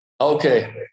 Okay